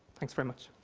thanks very much.